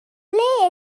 ble